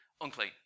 unclean